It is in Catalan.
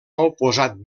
oposat